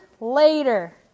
later